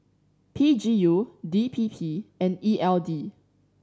P G U D P P and E L D